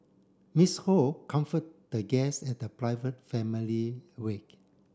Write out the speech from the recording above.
Ms Ho comfort the guests at the private family wake